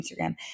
Instagram